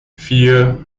vier